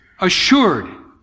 assured